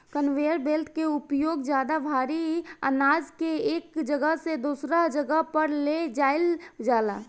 conveyor belt के उपयोग ज्यादा भारी आनाज के एक जगह से दूसरा जगह पर ले जाईल जाला